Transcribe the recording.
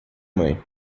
mãe